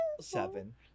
seven